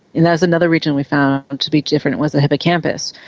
and there's another region we found to be different, it was the hippocampus,